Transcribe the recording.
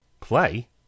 Play